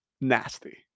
nasty